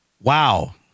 wow